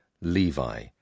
Levi